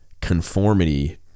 conformity